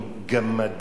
גמדים,